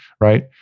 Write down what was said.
right